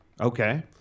Okay